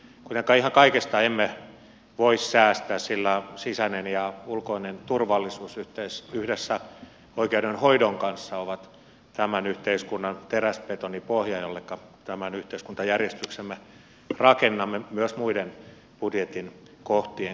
kuitenkaan ihan kaikesta emme voi säästää sillä sisäinen ja ulkoinen turvallisuus yhdessä oikeudenhoidon kanssa ovat tämän yhteiskunnan teräsbetonipohja jolleka tämän yhteiskuntajärjestyksemme rakennamme myös muiden budjetin kohtien kautta